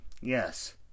Yes